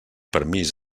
permís